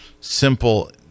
simple